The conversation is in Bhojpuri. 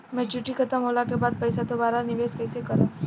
मेचूरिटि खतम होला के बाद पईसा दोबारा निवेश कइसे करेम?